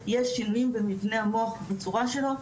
שיש שינויים במבנה המוח בצורה שלו,